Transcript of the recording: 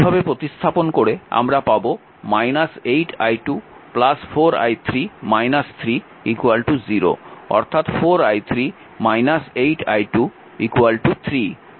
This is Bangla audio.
এভাবে প্রতিস্থাপন করে আমরা পাব 8 i2 4 i3 3 0 অর্থাৎ 4 i3 8 i2 3